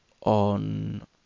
on